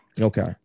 okay